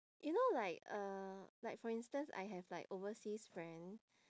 you know like uh like for instance I have like overseas friend